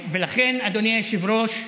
ולכן, אדוני היושב-ראש,